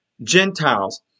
Gentiles